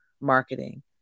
Marketing